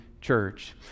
church